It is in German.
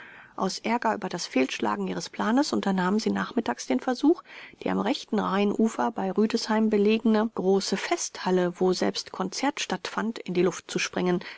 aus ärger über das fehlschlagen ihres planes unternahmen sie nachmittags den versuch die am rechten rheinufer bei rüdesheim belegene große festhalle woselbst konzert stattfand in die luft zu sprengen